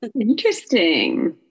Interesting